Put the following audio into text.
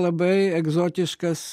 labai egzotiškas